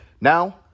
Now